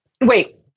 Wait